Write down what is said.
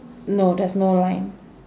no there's no line